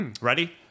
Ready